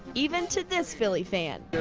even to this philly fan.